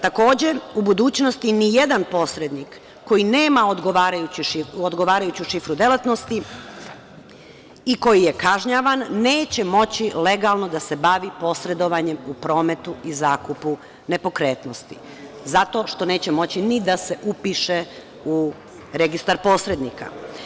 Takođe, u budućnosti nijedan posrednik koji nema odgovarajuću šifru delatnosti i koji je kažnjavan neće moći legalno da se bavi posredovanjem u prometu i zakupu nepokretnosti, zato što neće moći ni da se upiše u registar posrednika.